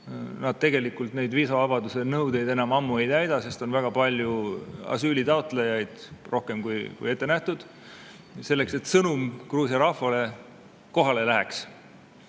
Tegelikult nad viisavabaduse nõudeid enam ammu ei täida, sest on väga palju asüülitaotlejaid, rohkem kui ette nähtud. Selleks, et Gruusia rahvale läheks